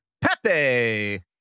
Pepe